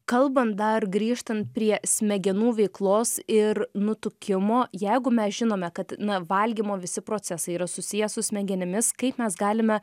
kalban dar grįžtant prie smegenų veiklos ir nutukimo jeigu mes žinome kad na valgymo visi procesai yra susiję su smegenimis kaip mes galime